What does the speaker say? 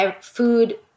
food